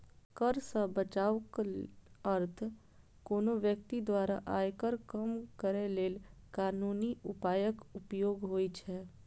कर सं बचावक अर्थ कोनो व्यक्ति द्वारा आयकर कम करै लेल कानूनी उपायक उपयोग होइ छै